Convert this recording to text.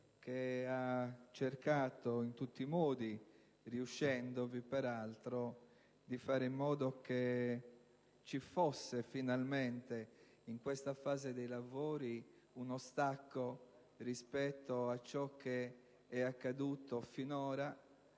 che ha cercato in tutti i modi, riuscendovi peraltro, di fare in modo che ci fosse finalmente in questa fase dei lavori uno stacco rispetto a ciò che è accaduto finora,